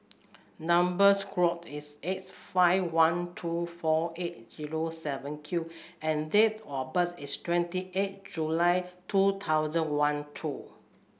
number square is S five one two four eight zero seven Q and date of birth is twenty eight July two thousand one two